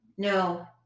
No